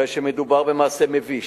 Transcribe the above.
הרי שמדובר במעשה מביש.